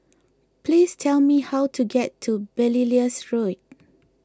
please tell me how to get to Belilios Road